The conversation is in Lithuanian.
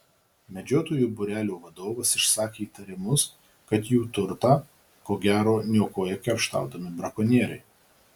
medžiotojų būrelio vadovas išsakė įtarimus kad jų turtą ko gero niokoja kerštaudami brakonieriai